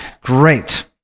Great